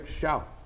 shout